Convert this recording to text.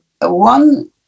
one